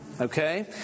Okay